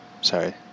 Sorry